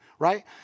right